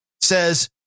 says